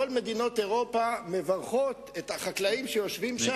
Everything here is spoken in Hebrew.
כל מדינות אירופה מברכות את החקלאים שיושבים שם.